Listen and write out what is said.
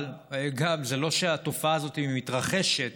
זה לא שהתופעה הזאת מתרחשת